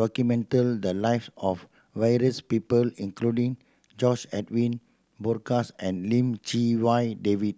documented the lives of various people including George Edwin Bogaars and Lim Chee Wai David